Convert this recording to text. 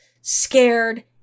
scared